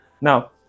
Now